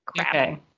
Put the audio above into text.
Okay